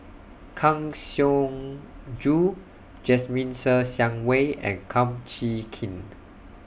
Kang Siong Joo Jasmine Ser Xiang Wei and Kum Chee Kin